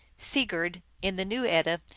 sigurd, in the new edda,